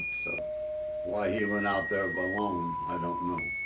so why he went out there but alone, i don't know.